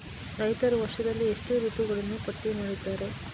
ರೈತರು ವರ್ಷದಲ್ಲಿ ಎಷ್ಟು ಋತುಗಳನ್ನು ಪಟ್ಟಿ ಮಾಡಿದ್ದಾರೆ?